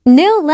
new